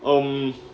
um